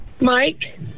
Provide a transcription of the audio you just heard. Mike